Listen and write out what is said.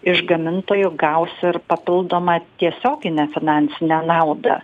iš gamintojų gaus ir papildomą tiesioginę finansinę naudą